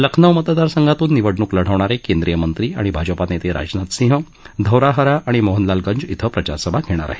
लखनौ मतदारसंघातून निवडणूक लढवणारे केंद्रीय मंत्री आणि भाजपा नेते राजनाथ सिंह धौराहरा आणि मोहनलालगंज इथ प्रचारसभा घेणार आहेत